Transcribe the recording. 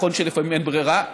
נכון שלפעמים אין ברירה,